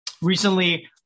Recently